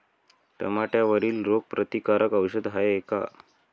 टमाट्यावरील रोग प्रतीकारक औषध हाये का?